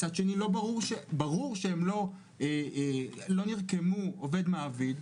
ומצד שני ברור שלא נרקמו יחסי עובד-מעביד.